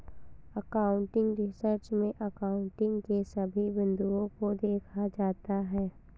accounting research में accounting के सभी बिंदुओं को देखा जाता है